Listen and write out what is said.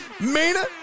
Mina